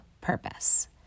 purpose